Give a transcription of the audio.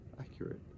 accurate